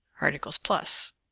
articles plus.